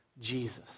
Jesus